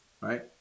right